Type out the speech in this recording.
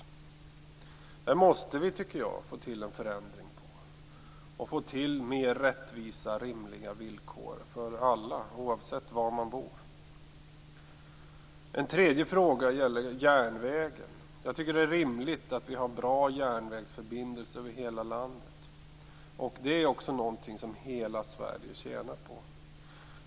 Där måste det till en förändring och mer rättvisa villkor för alla, oavsett var man bor. En tredje fråga gäller järnvägen. Det är rimligt att man har bra järnvägsförbindelser över hela landet, och detta är också någonting som hela Sverige tjänar på.